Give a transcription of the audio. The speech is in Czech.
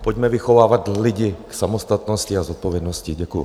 Pojďme vychovávat lidi k samostatnosti a zodpovědnosti Děkuji.